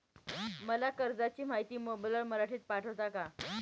मला कर्जाची माहिती मोबाईलवर मराठीत पाठवता का?